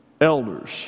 elders